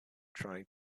trying